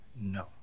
No